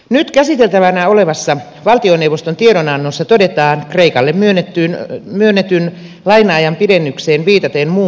nyt käsiteltävänä olevassa valtioneuvoston tiedonannossa todetaan kreikalle myönnettyyn laina ajan pidennykseen viitaten muun muassa näin